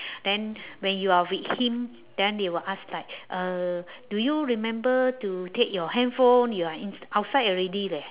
then when you're with him then they will ask like uh do you remember to take your handphone you're in~ outside already leh